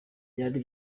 byari